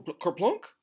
kerplunk